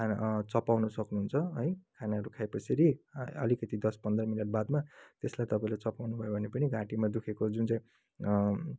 खान चपाउनु सक्नुहुन्छ है खानाहरू खाएपछि त्यसरी अलिकति दस पन्ध्र मिनट बादमा त्यसलाई तपाईँले चपाउनु भयो भने पनि घाँटीमा दुखेको जुन चाहिँ